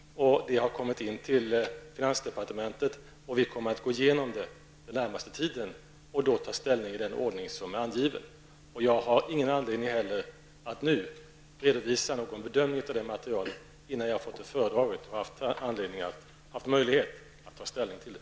Detta har kommit in till finansdepartementet, och vi kommer att gå igenom det under den närmaste tiden och ta ställning i den ordning som är angiven. Jag har inte någon anledning att nu redovisa någon bedömning av detta material, innan jag har fått det föredraget och haft möjlighet att ta ställning till det.